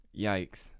Yikes